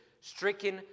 stricken